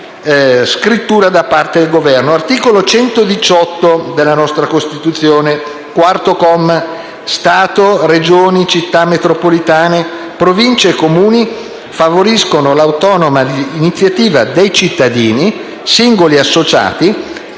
scrittura da parte del Governo. L'articolo 118, comma 4, della nostra Costituzione recita: «Stato, Regioni, Città metropolitane, Province e Comuni favoriscono l'autonoma iniziativa dei cittadini, singoli e associati,